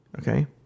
okay